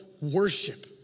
worship